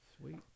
Sweet